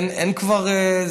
אין כבר,